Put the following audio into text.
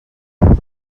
mar